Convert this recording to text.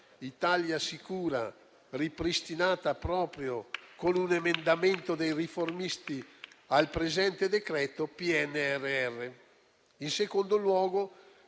Italia Sicura, ripristinata proprio con un emendamento dei riformisti al presente decreto PNRR. In secondo luogo,